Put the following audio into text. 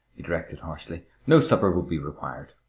he directed harshly. no supper will be required.